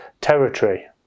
territory